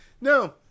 No